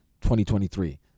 2023